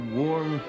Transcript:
warm